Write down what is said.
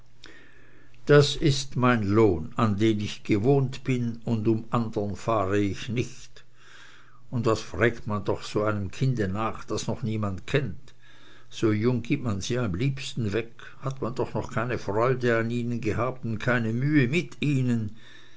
das ist mein lohn an den ich gewohnt bin und um anderen fahre ich nicht und was frägt man doch so einem kinde nach das noch niemand kennt so jung gibt man sie am liebsten weg hat man doch noch keine freude an ihnen gehabt und keine mühe mit ihnen